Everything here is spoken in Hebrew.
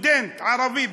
סטודנטים ערבים,